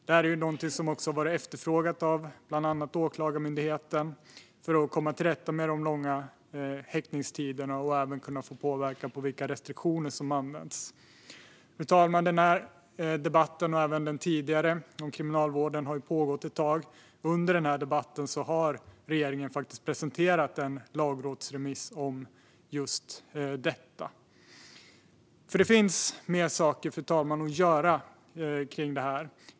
Det är någonting som har varit efterfrågat av bland annat Åklagarmyndigheten för att komma till rätta med de långa häktningstiderna och även kunna få påverkan på vilka restriktioner som används. Fru talman! Den här debatten och även den tidigare om Kriminalvården har pågått ett tag. Under debatten har regeringen presenterat en lagrådsremiss om just detta. Det finns mer saker, fru talman, att göra kring detta.